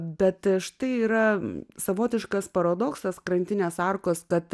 bet štai yra savotiškas paradoksas krantinės arkos kad